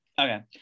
Okay